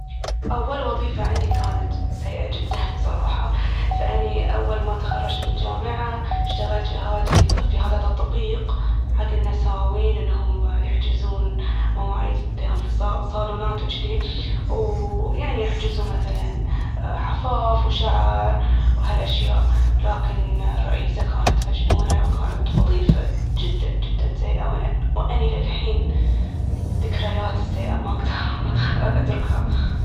أول وظيفة عندي كانت سيئة جداً صراحة. فأني أول ما تخرجت من الجامعة اشتغلت في هادي - في هادا تطبيق، حق النساوين انهم يحجزون مواعيد ليهم في صالونات وجدي. ويعني يحجزون مثلاً حفاف وشعر وهالأشياء. لكن الرئيسة كانت مجنونة وكانت وظيفة جداً جداً سيئة وأني للحين ذكرياتي السيئة ما أقدر اتركها.